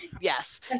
Yes